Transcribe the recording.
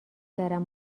کردم